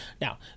Now